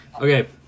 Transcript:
okay